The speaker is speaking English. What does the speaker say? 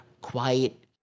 quiet